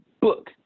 book